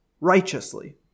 righteously